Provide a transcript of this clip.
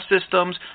systems